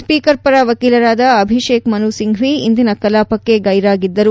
speaker ಪರ ವಕೀಲರಾದ ಅಭಿಷೇಕ್ ಮನು ಸಿಂಫ್ಟಿ ಇಂದಿನ ಕಲಾಪಕ್ಕೆ ಗೈರಾಗಿದ್ದರು